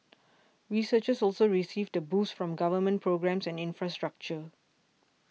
researchers also received the boost from government programmes and infrastructure